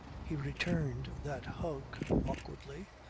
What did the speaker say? he returned that hug awkwardly,